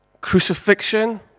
Crucifixion